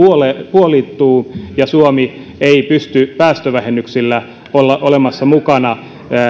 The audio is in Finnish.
puolittuvat ja suomi ei pysty päästövähennyksillä olemaan mukana